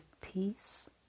peace